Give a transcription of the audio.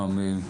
נועם,